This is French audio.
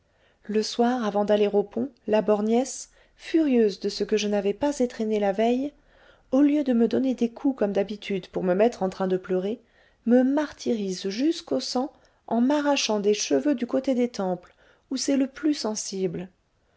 le soir avant d'aller au pont la borgnesse furieuse de ce que je n'avais pas étrenné la veille au lieu de me donner des coups comme d'habitude pour me mettre en train de pleurer me martyrise jusqu'au sang en m'arrachant des cheveux du côté des tempes où c'est le plus sensible